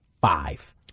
five